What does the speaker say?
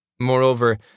Moreover